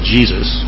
Jesus